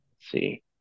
see